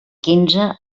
quinze